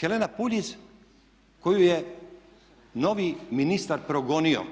Helena Puljiz koju je novi ministar progonio,